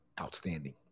outstanding